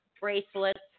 bracelets